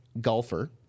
golfer